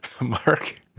Mark